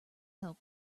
help